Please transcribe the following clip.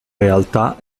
realtà